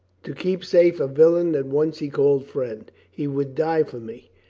to keep safe a villain that once he called friend. he would die for me.